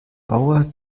bauer